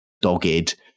dogged